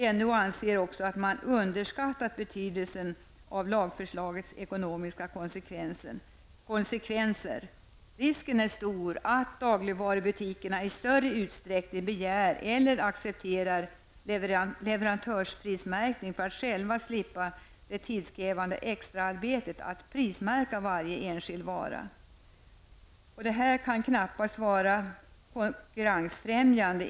Även NO anser att man underskattat betydelsen av lagförslagets ekonomiska konsekvenser. Risken är stor att dagligvarubutikerna i större utsträckning begär eller accepterar leverantörsprismärkning för att själva slippa det tidskrävande extraarbetet med att prismärka varje enskild vara. Detta kan enligt min åsikt knappast vara konkurrensfrämjande.